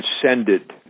transcended